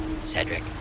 Cedric